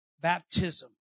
baptism